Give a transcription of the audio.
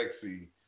sexy